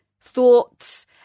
thoughts